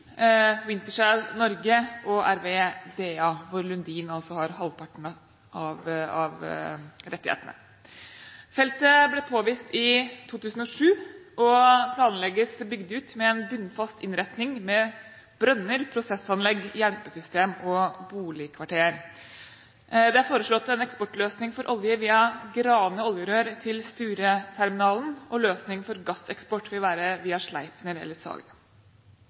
Wintershall Norge og RWE Dea, hvor Lundin altså har halvparten av rettighetene. Feltet ble påvist i 2007 og planlegges bygd ut med en bunnfast innretning med brønner, prosessanlegg, hjelpesystem og boligkvarter. Det er foreslått en eksportløsning for olje via Grane Oljerør til Stureterminalen. Løsning for gasseksport vil være via Sleipner eller SAGE. Utvinnbare reserver i feltet er anslått til 29,1 millioner standard kubikkmeter oljeekvivalenter. Det